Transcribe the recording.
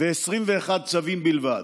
ו-21 צווים בלבד.